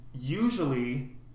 usually